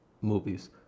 movies